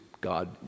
God